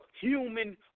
human